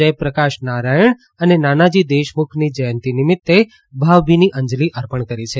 જયપ્રકાશ નારાયણ અને નાનાજી દેશમુખની જયંતિ નિમિત્તે ભાવભીની અંજલી અર્પણ કરી છે